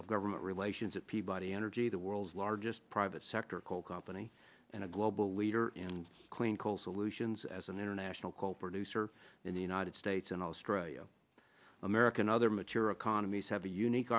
of government relations at peabody energy the world's largest private sector coal company and a global leader and clean coal solutions as an international coal producer in the united states and australia american other material economies have a unique